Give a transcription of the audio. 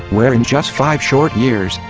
where in just five short years,